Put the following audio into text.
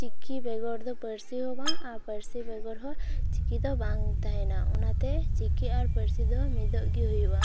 ᱪᱤᱠᱤ ᱵᱮᱜᱚᱨ ᱫᱚ ᱯᱟᱹᱨᱥᱤ ᱦᱚᱸ ᱵᱟᱝ ᱯᱟᱹᱨᱥᱤ ᱵᱮᱜᱚᱨ ᱦᱚᱸ ᱪᱤᱠᱤ ᱫᱚ ᱵᱟᱝ ᱛᱟᱦᱮᱱᱟ ᱚᱱᱟᱛᱮ ᱪᱤᱠᱤ ᱟᱨ ᱯᱟᱹᱨᱥᱤ ᱫᱚ ᱢᱤᱫᱚᱜ ᱜᱮ ᱦᱩᱭᱩᱜᱼᱟ